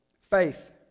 Faith